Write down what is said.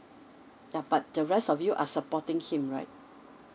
yup but the rest of you are supporting him right